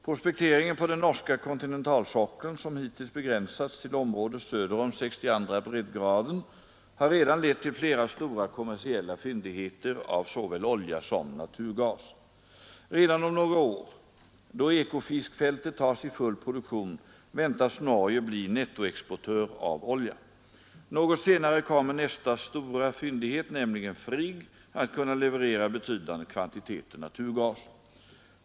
Prospekteringen på den norska kontinentalsockeln — som hittills begränsats till området söder om 62:a breddgraden — har redan lett till flera stora kommersiella fyndigheter av såväl olja som naturgas. Redan om några år, då EKOFISK-fältet tas i full produktion, väntas Norge bli nettoexportör av olja. Något senare kommer nästa stora fyndighet, nämligen FRIGG, att kunna leverera betydande kvantiteter naturgas.